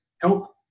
help